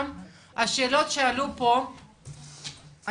שאלות שעלו בנושא של הנגשה,